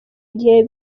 igihe